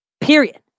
period